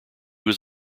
was